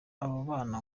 bana